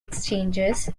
exchanges